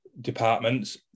departments